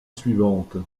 suivante